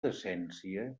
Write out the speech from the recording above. decència